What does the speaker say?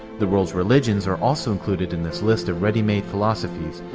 the world's religions are also included in this list of ready-made philosophies,